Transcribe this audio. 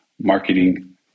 Marketing